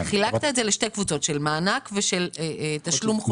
חילקת את זה לשתי קבוצות של מענק ושל תשלום חודשי.